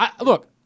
look